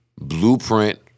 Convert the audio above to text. blueprint